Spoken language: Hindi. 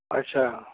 अच्छा